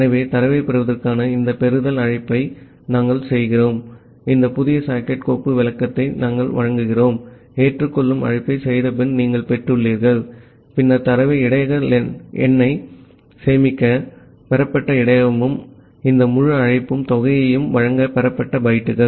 ஆகவே தரவைப் பெறுவதற்காக இந்த பெறுதல் அழைப்பை நாங்கள் செய்கிறோம் இந்த புதிய சாக்கெட் கோப்பு விளக்கத்தை நாங்கள் வழங்குவோம் ஏற்றுக்கொள்ளும் அழைப்பைச் செய்தபின் நீங்கள் பெற்றுள்ளீர்கள் பின்னர் தரவை இடையக லென்னை சேமிக்க பெறப்பட்ட இடையகமும் இந்த முழு அழைப்பும் தொகையை வழங்கும் பெறப்பட்ட பைட்டுகள்